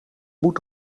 moet